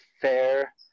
fair